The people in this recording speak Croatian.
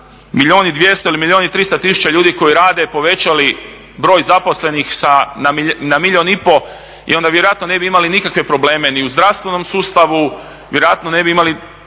milijun i 200 ili milijun i 300 tisuća ljudi koji rade povećali broj zaposlenih na milijun i pol i onda vjerojatno ne bi imali nikakve probleme ni u zdravstvenom sustavu, vjerojatno ne bi imali